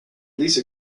lease